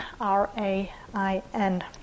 R-A-I-N